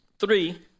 Three